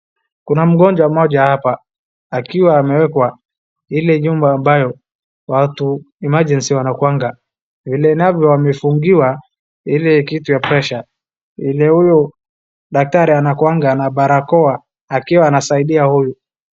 Kuna mgonjwa mmoja hapa akiwa amewekwa ile nyumba ambayo watu emergency wanakuanga. Vile inavyowamefungiwa ile kitu ya pressure .Vile huyu dakatari anakuanga na barakoa akiwa anasaidia huyu.